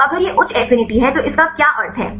तो अगर यह उच्च एफिनिटी है तो इसका क्या अर्थ है